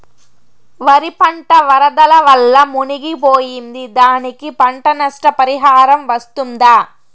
వరి పంట వరదల వల్ల మునిగి పోయింది, దానికి పంట నష్ట పరిహారం వస్తుందా?